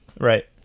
Right